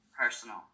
personal